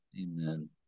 Amen